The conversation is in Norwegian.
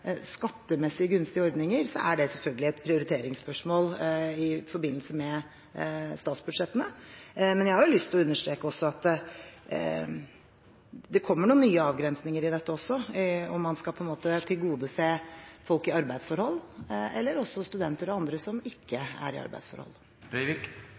skattemessig gunstige ordninger, er det selvfølgelig et prioriteringsspørsmål i forbindelse med statsbudsjettene. Men jeg har lyst å understreke at det kommer noen nye avgrensninger i dette også – om man skal tilgodese folk som er i arbeidsforhold, eller også studenter og andre som